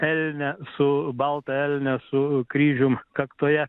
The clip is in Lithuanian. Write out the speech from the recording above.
elnią su baltą elnią su kryžium kaktoje